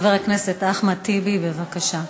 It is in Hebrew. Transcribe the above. חבר הכנסת אחמד טיבי, בבקשה.